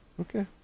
Okay